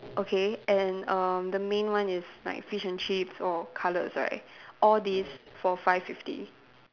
okay and err the main one is like fish and chips or cutlets right all these for five fifty